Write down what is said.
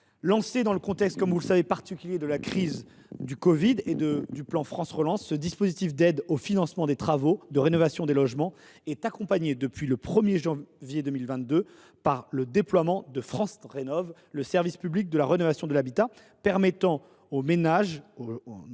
Lancé dans le contexte particulier de la crise de la covid 19 et du plan France Relance, ce dispositif d’aide au financement des travaux de rénovation des logements est accompagné depuis le 1 janvier 2022 par le déploiement de France Rénov’, le service public de la rénovation de l’habitat, qui permet à nos